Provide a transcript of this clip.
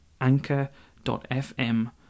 anchor.fm